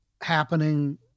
happening